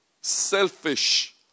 selfish